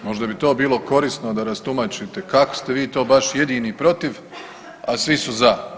Možda bi to bilo korisno da rastumačite kako ste vi to baš jedini protiv, a svi su za?